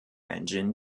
engine